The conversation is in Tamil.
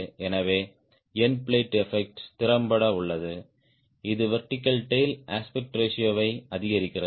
எனவே எண்ட் பிளேட் எஃபெக்ட் திறம்பட உள்ளது இது வெர்டிகல் டேய்ல் அஸ்பெக்ட் ரேஷியோ வை அதிகரிக்கிறது